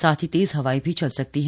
साथ ही तेज हवाएं भी चल सकती हैं